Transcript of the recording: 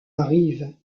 arrive